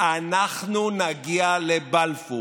אנחנו נגיע ברגל, אנחנו נגיע לבלפור.